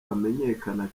amenyekana